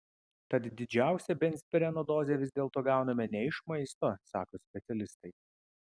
tad didžiausią benzpireno dozę vis dėlto gauname ne iš maisto sako specialistai